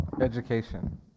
education